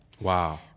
Wow